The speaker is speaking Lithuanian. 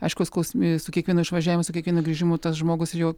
aišku skaus su kiekvienu išvažiavimu su kiekvienu grįžimu tas žmogus ir jau